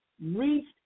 reached